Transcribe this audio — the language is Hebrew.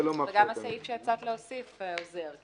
גם הסעיף שהצעת להוסיף עוזר,